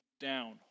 down